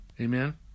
Amen